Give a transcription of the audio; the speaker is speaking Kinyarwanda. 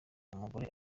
umugore